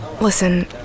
Listen